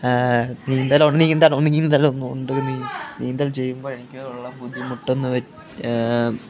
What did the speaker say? നീന്തൽ നീന്തൽ ചെയ്യുമ്പോൾ എനിക്കുള്ള ബുദ്ധിമുട്ട് എന്ന് വ്